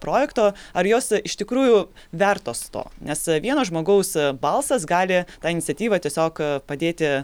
projekto ar jos iš tikrųjų vertos to nes vieno žmogaus balsas gali tą iniciatyvą tiesiog padėti